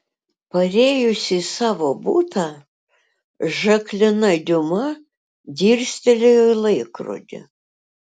parėjusi į savo butą žaklina diuma dirstelėjo į laikrodį